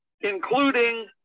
including